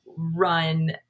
run